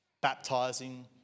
baptizing